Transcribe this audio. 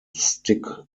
stick